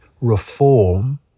reform